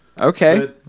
Okay